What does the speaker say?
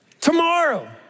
Tomorrow